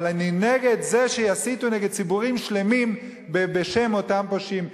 אבל אני נגד זה שיסיתו נגד ציבורים שלמים בשם אותם פושעים.